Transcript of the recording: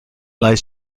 lies